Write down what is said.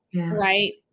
Right